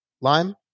Lime